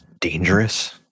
dangerous